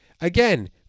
again